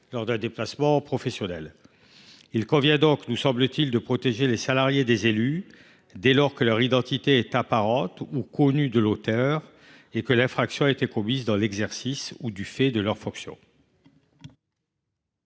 lors d’un déplacement professionnel. Il nous semble qu’il convient de protéger les salariés des élus dès lors que leur identité est apparente ou connue de l’auteur et que l’infraction a été commise dans l’exercice ou du fait de leurs fonctions.